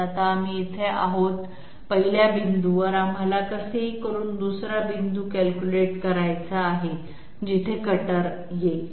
आता आम्ही इथे आहोत पहिल्या बिंदूवर आम्हाला कसेही करून दुसरा बिंदू कॅल्क्युलेट करायचा आहे जिथे कटर येईल